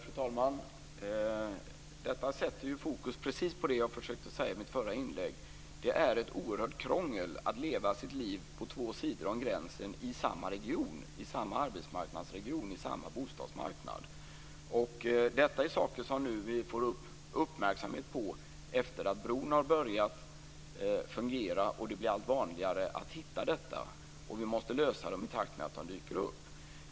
Fru talman! Detta sätter fokus precis på det jag försökte säga i mitt förra inlägg. Det är ett oerhört krångel att leva sitt liv på två sidor om gränsen i samma arbetsmarknadsregion och på samma bostadsmarknad. Detta är saker som vi uppmärksammat sedan bron har börjat fungera och det blir allt vanligare att hitta detta. Vi måste lösa dessa problem i takt med att de dyker upp.